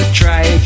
try